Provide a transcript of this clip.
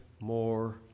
more